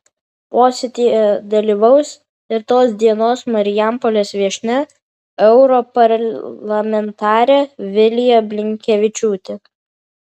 posėdyje dalyvaus ir tos dienos marijampolės viešnia europarlamentarė vilija blinkevičiūtė